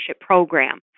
program